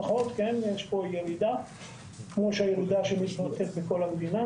כפי שאנו רואים ירידה בכל המדינה.